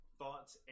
thoughts